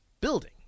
building